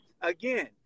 again